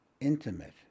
intimate